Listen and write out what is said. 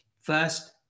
First